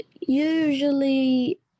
usually